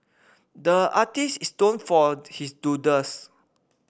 the artist is known for his doodles